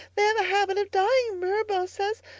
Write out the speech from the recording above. they have a habit of dying, mirabel says.